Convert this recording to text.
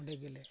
ᱚᱸᱰᱮ ᱜᱮᱞᱮ